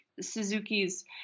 Suzuki's